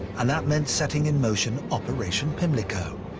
and that meant setting in motion operation pimlico,